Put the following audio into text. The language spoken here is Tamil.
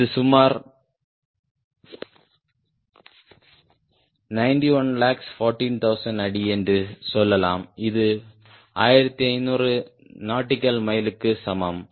இது சுமார் 9114000 அடி என்று சொல்லலாம் இது 1500 நாட்டிக்கல் மைலுக்கு சமம்